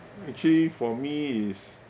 actually for me it's